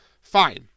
Fine